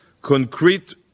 concrete